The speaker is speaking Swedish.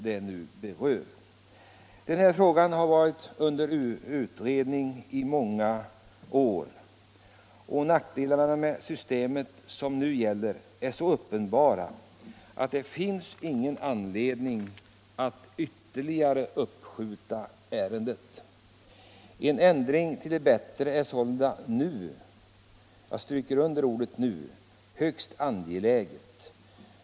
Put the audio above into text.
Denna fråga har varit under utredning i många år. Nackdelarna med det system som nu gäller är så uppenbara att det inte finns någon anledning att ytterligare uppskjuta beslutet. En ändring till det bättre nu är sålunda högst angelägen.